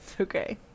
Okay